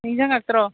ꯅꯤꯡꯖꯪꯉꯛꯇ꯭ꯔꯣ